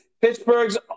Pittsburgh's